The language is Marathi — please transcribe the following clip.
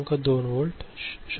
2 व्होल्ट 0